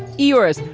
yours,